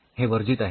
हे वर्जित आहे